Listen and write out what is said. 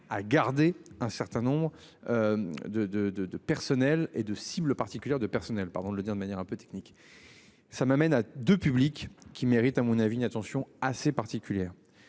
a gardé un certain nombre. De de de de personnel et de cible particulière de personnel, pardon de le dire de manière un peu technique. Ça m'amène à deux public qui mérite à mon avis attention assez particulière.